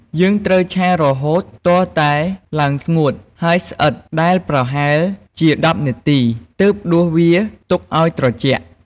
យើងត្រូវឆារហូតទាល់តែឡើងស្ងួតហើយស្អិតដែលប្រហែលជា ១០នាទីទើបដួសវាទុកឱ្យត្រជាក់។